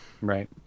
Right